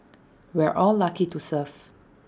we're all lucky to serve